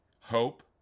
Hope